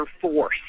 force